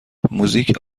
موزیک